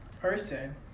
person